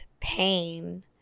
pain